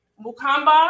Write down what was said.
Mukamba